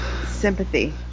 Sympathy